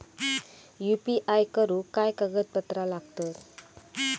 UPI करुक काय कागदपत्रा लागतत?